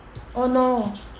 oh no